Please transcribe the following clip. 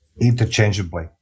interchangeably